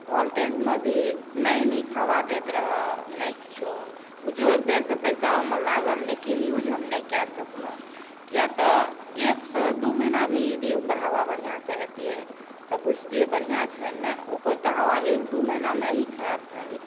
वोल्टेजमे भी नहि नीक हवा दैत रहै नहि किछो बुझिऔ एक तरहसँ पैसा हमर लागल लेकिन यूज हम नहि कऽ सकलहुँ किएक तऽ एकसँ दू महीना भी यदि ओकर हवा बढ़िआँ सँ एबतियै तऽ बूझतिए बढ़िआँ छै ने ओकर तऽ हवा एक दू महीनामे ही खराब भऽ गेल